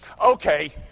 Okay